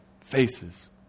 faces